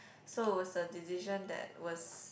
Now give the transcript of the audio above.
so it was a decision that was